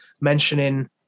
mentioning